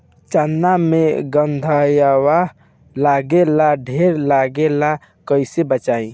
चना मै गधयीलवा लागे ला ढेर लागेला कईसे बचाई?